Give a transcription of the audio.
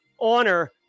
honor